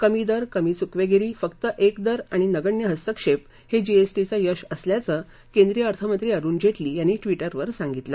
कमी दर कमी चुकवेगिरी फक्त एक दर आणि नगण्य हस्तक्षेप हे जीएसटीचं यश असल्याचं केंद्रीय अर्थमंत्री अरूण जेटली यांनी व्टिटरवर सांगितलं